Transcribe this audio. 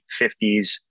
50s